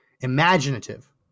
imaginative